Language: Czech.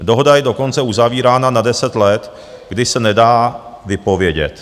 Dohoda je dokonce uzavírána na 10 let, kdy se nedá vypovědět.